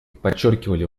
подчеркивали